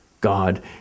God